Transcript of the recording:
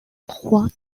trois